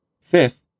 Fifth